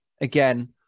again